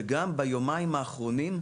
וגם ביומיים האחרונים,